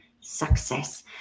success